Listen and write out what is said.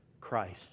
christ